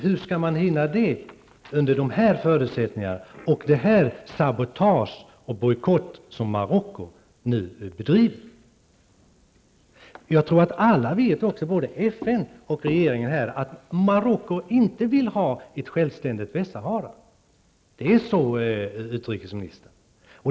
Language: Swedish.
Hur skall man hinna åstadkomma det, under de här förhållandena och med det sabotage och den bojkott som Marocko nu bedriver? Alla vet -- både FNs och Sveriges regering -- att Marocko inte vill ha ett självständigt Västsahara. Det är så, utrikesministern!